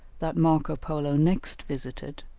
that marco polo next visited,